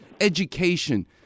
education